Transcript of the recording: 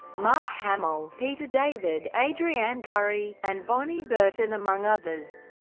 mark hamill, peter david, adrianne curry, and bonnie burton among others.